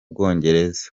bwongereza